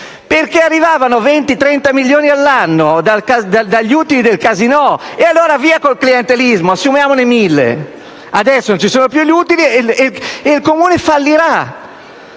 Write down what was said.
Perché arrivavano dai 20 ai 30 milioni all'anno dagli utili del Casinò e allora via con il clientelismo: assumiamone mille! Adesso non ci sono più gli utili e il Comune fallirà.